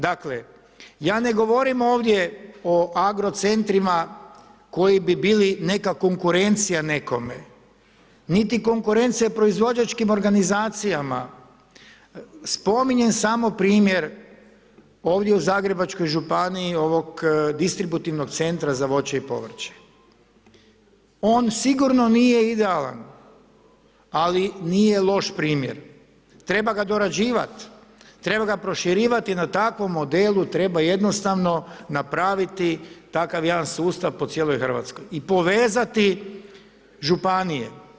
Dakle, ja ne govorim ovdje o agrocentrima, koji bi bili konkurencija nekome, niti konkurencija proizvođačkim organizacijama, spominjem samo primjer ovdje u Zagrebačkoj županiji, ovog distributivnog centra za voće i povrće, on sigurno nije idealan, ali nije loš primjer, treba ga dorađivati, treba ga proširivati na takvom modelu, treba jednostavno napraviti, takav jedan sustav po cijeloj Hrvatskoj i povezati županije.